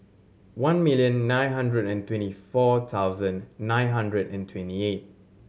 one million nine hundred and twenty four thousand nine hundred and twenty eight